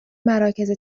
مراکز